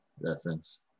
reference